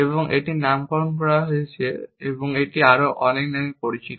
এবং এটির নামকরণ করা হয়েছে এবং এটি আরও অনেক নামে পরিচিত